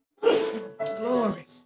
Glory